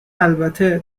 البته